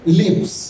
lips